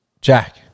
Jack